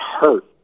hurt